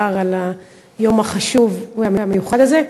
קארין אלהרר על היום החשוב והמיוחד הזה.